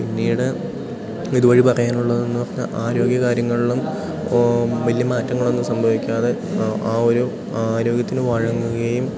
പിന്നീട് ഇതു വഴി പറയാനുള്ളതെന്നു പറഞ്ഞാൽ ആരോഗ്യ കാര്യങ്ങളിലും വലിയ മാറ്റങ്ങളൊന്നും സംഭവിക്കാതെ ആ ആ ഒരു ആരോഗ്യത്തിനു വഴങ്ങുകയും